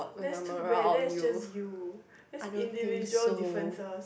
that's too bad that is just you that's individual differences